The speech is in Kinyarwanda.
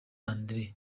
andré